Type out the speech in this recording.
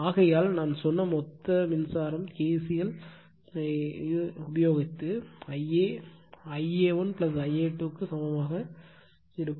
ஆகையால் நான் சொன்ன மொத்த மின்சாரம் K C L Ia Ia1 Ia2 க்கு சமமாக இருக்கும்